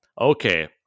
Okay